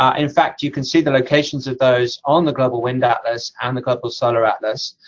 um in fact, you can see the locations of those on the global wind atlas and the global solar atlas.